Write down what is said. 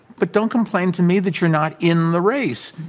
but don't complain to me that you're not in the race.